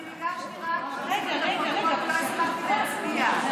אני ביקשתי רק, לא הספקתי להצביע.